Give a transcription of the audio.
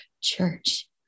church